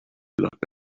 looked